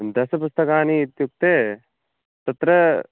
दश पुस्तकानि इत्युक्ते तत्र